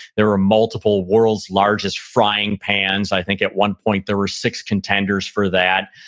there were multiple world's largest frying pans. i think at one point there were six contenders for that.